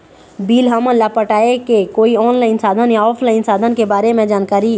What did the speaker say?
Bill हमन ला पटाए के कोई ऑनलाइन साधन या ऑफलाइन साधन के बारे मे जानकारी?